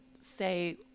say